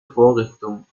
vorrichtung